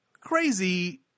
crazy